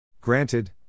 Granted